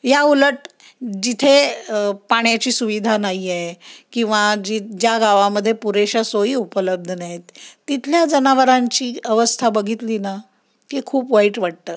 या उलट जिथे पाण्याची सुविधा नाही आहे किंवा जी ज्या गावामध्ये पुरेशा सोयी उपलब्ध नाहीत तिथल्या जनावरांची अवस्था बघितली ना की खूप वाईट वाटतं